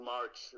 March